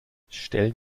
stellen